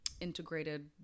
integrated